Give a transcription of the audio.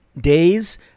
days